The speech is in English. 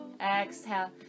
Exhale